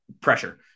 pressure